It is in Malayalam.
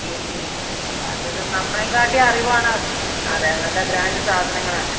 ഈ ഈ അതൊക്കെ നമ്മളെ കാട്ടിൽ അറിവാണ് അതെ നല്ല ബ്രാൻഡ് സാധനങ്ങളാണ്